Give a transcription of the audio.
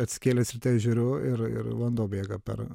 atsikėlęs ryte žiūriu ir ir vanduo bėga per